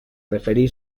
referir